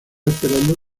esperando